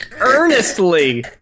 earnestly